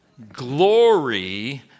Glory